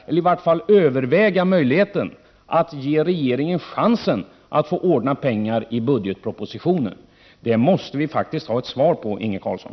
Varför kan ni inte överväga att ge regeringen chansen att ordna pengar i budgetpropositionen? Det måste vi få svar på, Inge Carlsson.